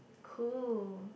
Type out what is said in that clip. cool